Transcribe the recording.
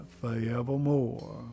forevermore